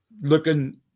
looking